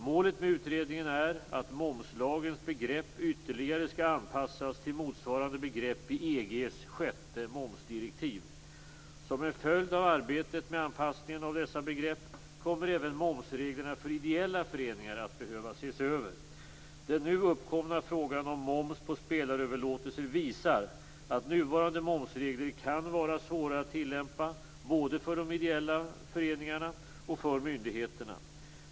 Målet med utredningen är att momslagens begrepp ytterligare skall anpassas till motsvarande begrepp i EG:s sjätte momsdirektiv. Som en följd av arbetet med anpassningen av dessa begrepp kommer även momsreglerna för ideella föreningar att behöva ses över. Den nu uppkomna frågan om moms på spelaröverlåtelser visar att nuvarande momsregler kan vara svåra att tillämpa både för de ideella föreningarna och för myndigheterna.